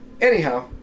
Anyhow